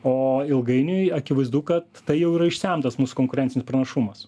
o ilgainiui akivaizdu kad tai jau yra išsemtas mūsų konkurencinis pranašumas